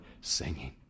singing